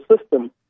system